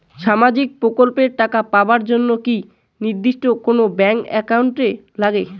সামাজিক প্রকল্পের টাকা পাবার জন্যে কি নির্দিষ্ট কোনো ব্যাংক এর একাউন্ট লাগে?